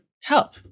help